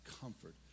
comfort